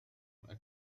أكثر